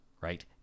right